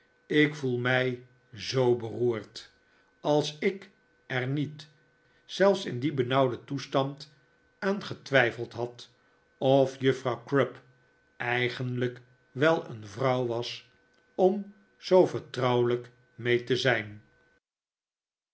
ik voel mij zoo beroerd als ik er niet zelfs in dien benauwden toestand aan getwijfeld had of juffrouw crupp eigenlijk wel een vrouw was om zoo vertrouwelijk mee te zijn